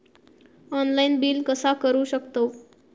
Online bill कसा करु शकतव?